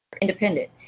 independent